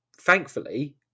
thankfully